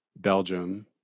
Belgium